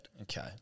okay